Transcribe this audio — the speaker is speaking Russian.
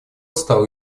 стал